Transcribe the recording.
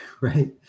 Right